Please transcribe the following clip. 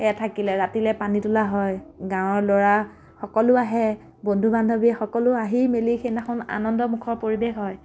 সেয়া থাকিলে ৰাতিলে পানী তোলা হয় গাঁৱৰ ল'ৰা সকলো আহে বন্ধু বান্ধৱী সকলো আহি মেলি সেইদিনাখন আনন্দ মুখৰ পৰিৱেশ হয়